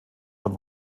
von